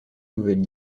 nouvelle